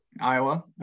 Iowa